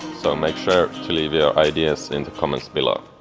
so make sure to leave your ideas in the comments below!